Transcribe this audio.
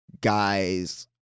guys